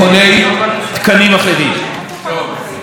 מעכשיו אנחנו מציעים שהחוק יהיה כזה: כל